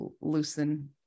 loosen